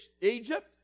Egypt